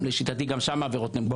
לשיטתי גם שם העבירות נמוכות.